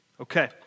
Okay